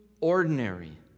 ordinary